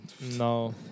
No